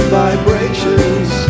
vibrations